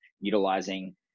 utilizing